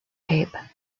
tape